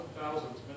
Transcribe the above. thousands